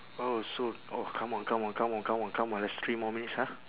oh soon oh come on come on come on come on come on there's three more minutes ah